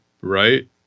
right